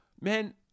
Man